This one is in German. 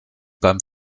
beim